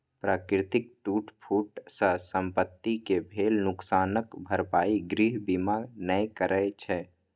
प्राकृतिक टूट फूट सं संपत्ति कें भेल नुकसानक भरपाई गृह बीमा नै करै छै